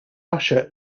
russia